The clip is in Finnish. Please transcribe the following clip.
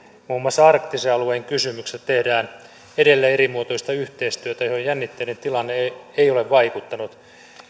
muun muassa arktisen alueen kysymyksissä tehdään edelleen erimuotoista yhteistyötä johon jännitteinen tilanne ei ole vaikuttanut